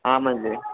हां म्हणजे